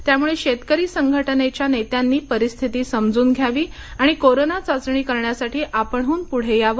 त्यामुळे शेतकरी संघटनेच्या नेत्यांनी परिस्थिती समजून घ्यावी आणि कोरोना चाचणी करण्यासाठी आपणहून पुढे यावं